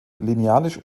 linealisch